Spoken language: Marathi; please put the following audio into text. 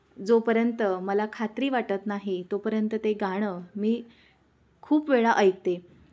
जोपर्यंत मला खात्री वाटत नाही तोपर्यंत ते गाणं मी खूप वेळा ऐकते